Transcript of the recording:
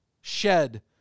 shed